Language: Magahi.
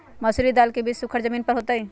मसूरी दाल के बीज सुखर जमीन पर होतई?